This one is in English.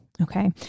Okay